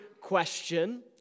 question